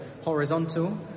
horizontal